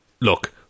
look